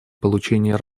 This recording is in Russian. получения